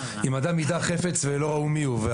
אם אדם יידה חפץ ולא ראו מיהו,